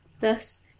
Thus